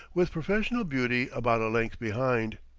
with professional beauty about a length behind.